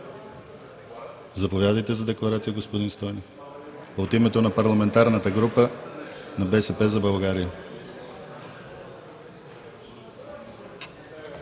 Заповядайте, за декларация, господин Стойнев, от името на парламентарната група на „БСП за България“.